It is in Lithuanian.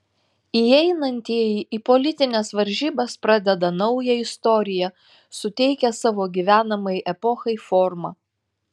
įeinantieji į politines varžybas pradeda naują istoriją suteikia savo gyvenamai epochai formą